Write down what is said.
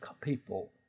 people